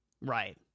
Right